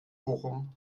bochum